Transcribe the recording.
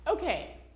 Okay